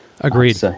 Agreed